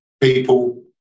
people